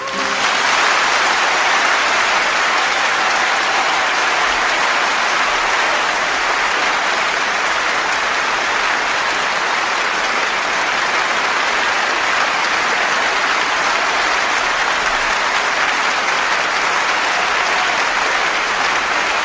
are